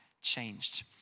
changed